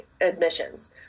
admissions